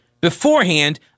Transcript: beforehand